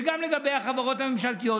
וגם לגבי החברות הממשלתיות,